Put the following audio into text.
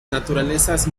naturalezas